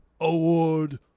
award